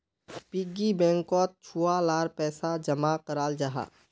piggy बैंकोत छुआ लार पैसा जमा कराल जाहा